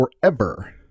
forever